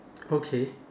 okay